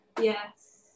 Yes